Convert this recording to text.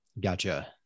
Gotcha